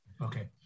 Okay